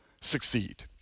succeed